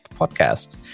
Podcast